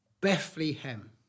Bethlehem